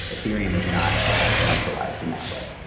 ethereum is not at all centralized in that way